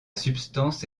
substance